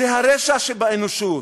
זה הרשע שבאנושות,